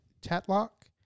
Tatlock